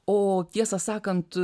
o tiesą sakant